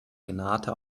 renate